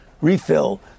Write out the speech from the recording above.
refill